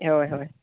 ᱦᱳᱭ ᱦᱳᱭ